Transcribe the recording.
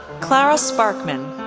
clara sparkman,